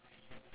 ya